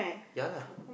ya lah